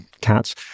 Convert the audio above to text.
cats